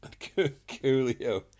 Coolio